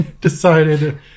decided